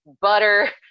butter